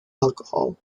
alcohol